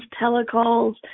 telecalls